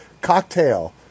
Cocktail